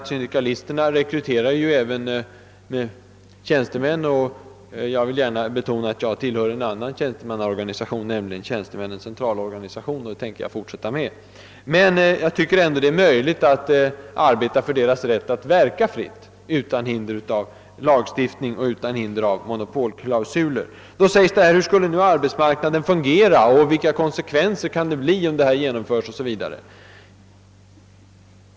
Syndikalisterna rekryterar även tjänstemän, men jag tillhör en annan organisation, nämligen Tjänstemännens centralorganisation, och det tänker jag fortsätta med. Jag tycker ändå det är möjligt att arbeta för syndikalisternas rätt att verka fritt, utan hinder av monopolklausuler. Man frågar hur arbetsmarknaden skulle fungera och vilka konsekvenseraa skulle bli om detta genomfördes.